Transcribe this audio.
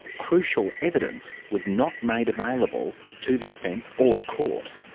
crucial evidence was not made available to the defence or the court.